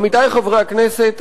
עמיתי חברי הכנסת,